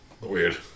Weird